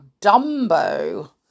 Dumbo